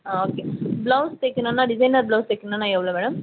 ஆ okay blouse தைக்கிணுன்னா designer blouse தைக்கிணுன்னா எவ்வளோ மேடம்